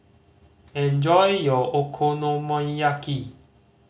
enjoy your Okonomiyaki